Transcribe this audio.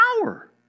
power